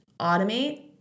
automate